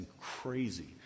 crazy